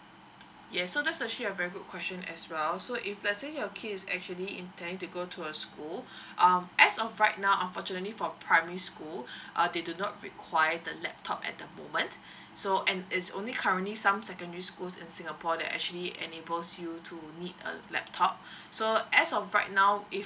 yes so that's actually a very good question as well so if let's say your kid is actually intend to go to a school um as of right now unfortunately for primary school uh they do not require the laptop at the moment so and it's only currently some secondary schools in singapore that actually enables you to need a laptop so as of right now if